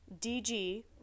DG